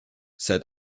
said